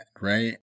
right